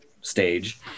stage